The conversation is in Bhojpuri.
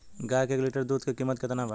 गाय के एक लीटर दुध के कीमत केतना बा?